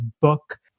book